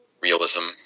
realism